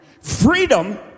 Freedom